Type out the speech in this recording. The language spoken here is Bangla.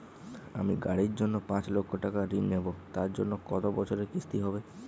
আমি গাড়ির জন্য পাঁচ লক্ষ টাকা ঋণ নেবো তার জন্য কতো বছরের কিস্তি হবে?